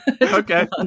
okay